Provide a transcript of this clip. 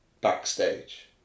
backstage